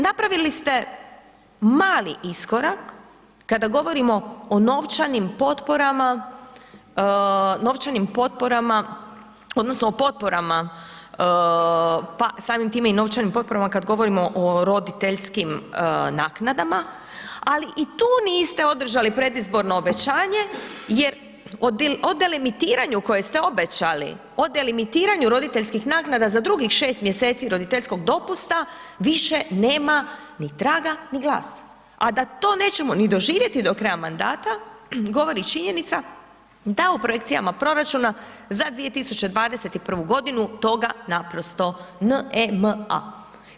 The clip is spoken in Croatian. Napravili ste mali iskorak kada govorimo o novčanim potporama, novčanim potporama odnosno o potporama, pa samim time i novčanim potporama kada govorimo o roditeljskim naknadama, ali i tu niste održali predizborno obećanje jer o delimitiranju koje ste obećali, o delimitiranju roditeljskih naknada za drugih 6. mjeseci roditeljskog dopusta više nema ni traga ni glasa, a da to nećemo ni doživjeti do kraja mandata govori činjenica da u projekcijama proračuna za 2021.g. toga naprosto N-E-M-A.